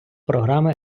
програми